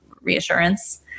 reassurance